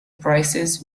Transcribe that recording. prices